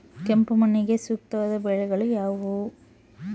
ಕೆಂಪು ಮಣ್ಣಿಗೆ ಸೂಕ್ತವಾದ ಬೆಳೆಗಳು ಯಾವುವು?